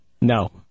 No